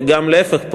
וגם להפך,